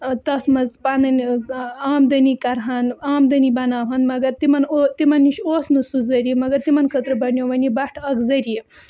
تَتھ منٛز پَنٕںۍ آمدٔنی کَرٕہَن آمدٔنی بَناوہَن مگر تِمَن او تِمَن نِش اوس نہٕ سُہ ذٔریعہِ مگر تِمَن خٲطرٕ بَنیو وۄنۍ یہِ بَٹھٕ اَکھ ذٔریعہِ